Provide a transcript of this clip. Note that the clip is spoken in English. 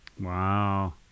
Wow